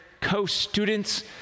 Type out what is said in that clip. co-students